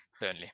Burnley